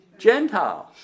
Gentiles